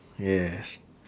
yes